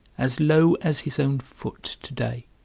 as low as his own foot to-day.